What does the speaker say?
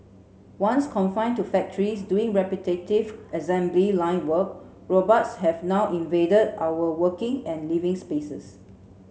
once confined to factories doing repetitive assembly line work robots have now invaded our working and living spaces